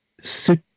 suit